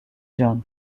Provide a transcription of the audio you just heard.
john